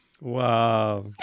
Wow